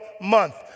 month